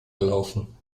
gelaufen